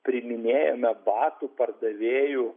priiminėjame batų pardavėju